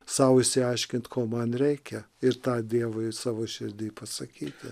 sau išsiaiškint ko man reikia ir tą dievui savo širdy pasakyti